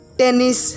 tennis